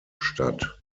statt